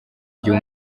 igihe